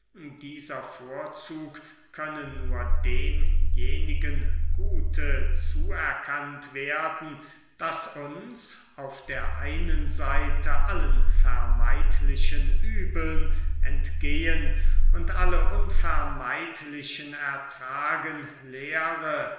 dieser vorzug könne nur demjenigen gute zuerkannt werden das uns auf der einen seite allen vermeidlichen übeln entgehen und alle unvermeidlichen ertragen lehre